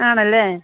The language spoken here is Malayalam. ആണല്ലേ